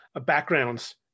backgrounds